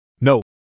No